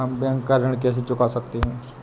हम बैंक का ऋण कैसे चुका सकते हैं?